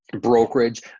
brokerage